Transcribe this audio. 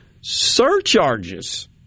surcharges